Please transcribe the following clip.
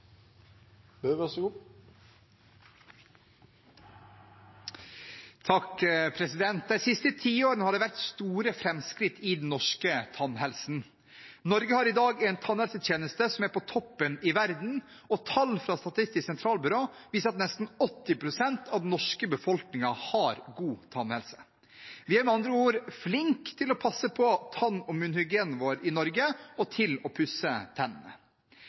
De siste tiårene har det vært store framskritt i den norske tannhelsen. Norge har i dag en tannhelsetjeneste som er på toppen i verden, og tall fra Statistisk sentralbyrå viser at nesten 80 pst. av den norske befolkningen har god tannhelse. Vi i Norge er med andre ord flinke til å passe på tann- og munnhygienen vår og til å pusse